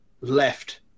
left